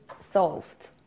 solved